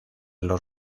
los